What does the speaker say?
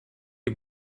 est